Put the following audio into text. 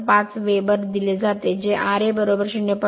05 वेबर दिले जाते जे ra 0